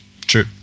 true